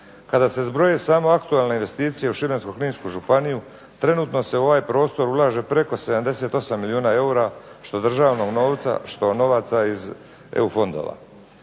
Kada se zbroje samo aktualne investicije u Šibensko-kninsku županiju trenutno se u ovaj prostor ulaže preko 78 milijuna eura što državnog novca, što novaca iz EU fondova.